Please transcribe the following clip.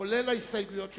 כולל ההסתייגויות שנתקבלו.